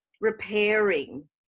repairing